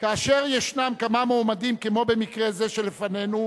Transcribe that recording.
כאשר יש כמה מועמדים, כמו במקרה זה, שלפנינו,